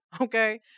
okay